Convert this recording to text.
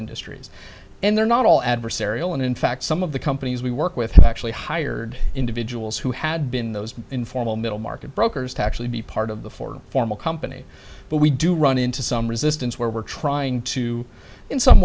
industries and they're not all adversarial and in fact some of the companies we work with have actually hired individuals who had been those informal middle market brokers to actually be part of the for formal company but we do run into some resistance where we're trying to in some